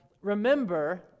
remember